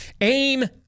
Aim